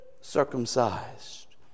circumcised